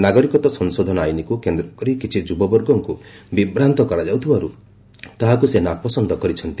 ନାଗରିକତ୍ୱ ସଂଶୋଧନ ଆଇନକୁ କେନ୍ଦ୍ରକରି କିଛି ଯୁବବର୍ଗଙ୍କୁ ବିଭ୍ରାନ୍ତ କରାଯାଉଥିବାରୁ ତାହାକୁ ସେ ନାପସନ୍ଦ କରିଛନ୍ତି